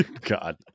God